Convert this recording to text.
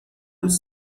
روز